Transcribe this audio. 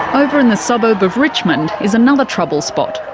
over in the suburb of richmond is another trouble spot,